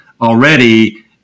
already